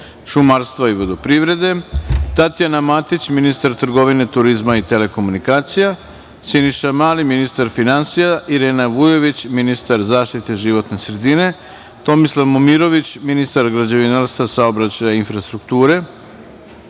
šumarstva i vodoprivrede, Tatjana Matić, ministar trgovine, turizma i telekomunikacija, Siniša Mali, ministar finansija, Irena Vujović, ministar zaštite životne sredine, Tomislav Momirović, ministar građevinarstva, saobraćaja i infrastrukture,